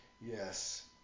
Yes